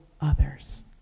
others